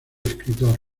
escritor